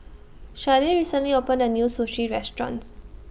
Sharde recently opened A New Sushi restaurants